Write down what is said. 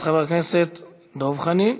חבר הכנסת דב חנין.